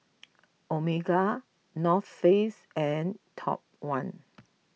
Omega North Face and Top one